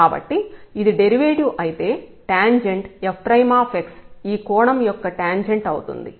కాబట్టి ఇది డెరివేటివ్ అయితే టాంజెంట్ f ఈ కోణం యొక్క టాంజెంట్ అవుతుంది